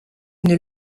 une